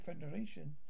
Federation